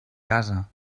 casa